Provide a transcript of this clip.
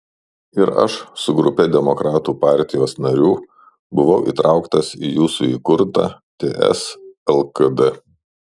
ir aš su grupe demokratų partijos narių buvau įtrauktas į jūsų įkurtą ts lkd